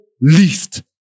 least